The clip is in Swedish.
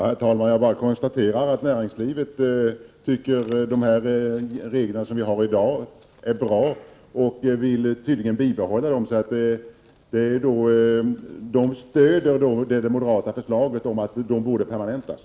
Herr talman! Jag konstaterar bara att näringslivet tycker att de regler som vi har i dag är bra och vill tydligen ha kvar dem. Därför stöder näringslivet det moderata förslaget att reglerna bör permanentas.